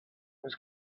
was